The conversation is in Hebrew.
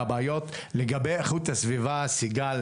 לגבי איכות הסביבה, סיגל